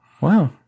Wow